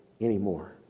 anymore